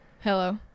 Hello